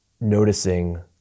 noticing